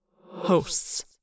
hosts